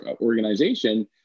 organization